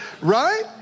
Right